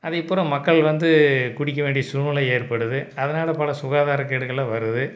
அதைய பூரா மக்கள் வந்து குடிக்க வேண்டிய சூழ்நிலை ஏற்படுது அதனால் பல சுகாதார கேடுகளெலாம் வருது